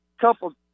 couple